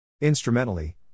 Instrumentally